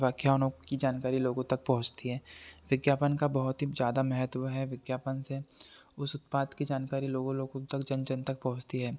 व्याख्यानों की जानकारी लोगों तक पहुँचती है विज्ञापन का बहुत ही ज़्यादा महत्त्व है विज्ञापन से उस उत्पाद की जानकारी लोगों लोगों तक जन जन तक पहुँचती है